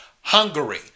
Hungary